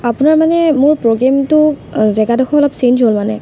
আপোনাৰ মানে মোৰ প্ৰগেমটো জেগাদখৰ অলপ চেঞ্জ হ'ল মানে